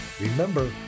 Remember